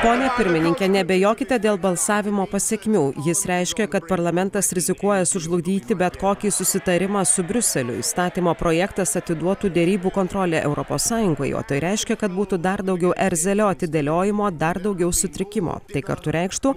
pone pirmininke neabejokite dėl balsavimo pasekmių jis reiškia kad parlamentas rizikuoja sužlugdyti bet kokį susitarimą su briuseliu įstatymo projektas atiduotų derybų kontrolę europos sąjungai o tai reiškia kad būtų dar daugiau erzelio atidėliojimo dar daugiau sutrikimo tai kartu reikštų